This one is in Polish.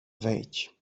wejdź